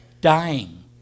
dying